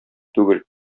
түгел